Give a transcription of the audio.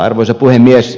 arvoisa puhemies